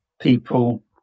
people